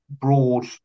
broad